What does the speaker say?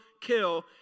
kill